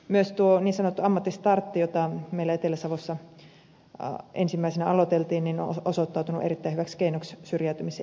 myös niin sanottu ammattistartti jota meillä etelä savossa ensimmäisenä aloiteltiin on osoittautunut erittäin hyväksi keinoksi syrjäytymisen ehkäisyssä